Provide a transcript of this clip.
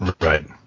Right